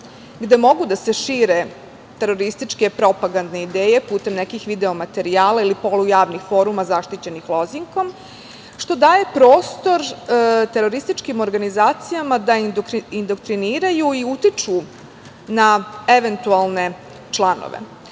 gde mogu da se šire terorističke propagandne ideje putem video materijala ili polujavnih foruma zaštićenih lozinkom, što daje prostor terorističkim organizacijama da indoktriniraju i utiču na eventualne članove.